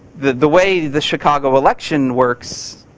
the the way the chicago election works,